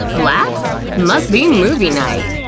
laughs? must be movie night!